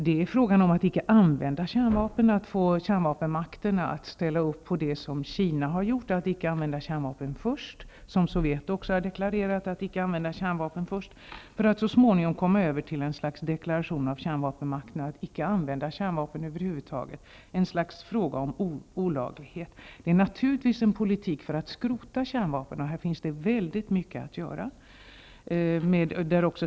Det gäller frågan om att icke använda kärnvapen, att få kärnvapenmakterna att ställa upp på det som Kina och även Sovjet har deklarerat -- att icke använda kärnvapen först -- för att så småningom komma fram till ett slags deklaration av kärnvapenmakterna om att icke använda kärnvapen över huvud taget, och därefter resa frågan om olaglighet. Det är naturligtvis en politik för att skrota kärnvapen, och härvidlag finns mycket att göra.